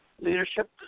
leadership